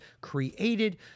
created